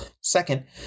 Second